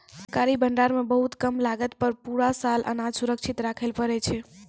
सरकारी भंडार मॅ बहुत कम लागत पर पूरा साल अनाज सुरक्षित रक्खैलॅ पारै छीं